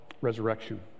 resurrection